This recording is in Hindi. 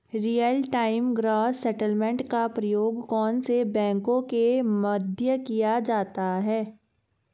रियल टाइम ग्रॉस सेटलमेंट का प्रयोग कौन से बैंकों के मध्य किया जाता है?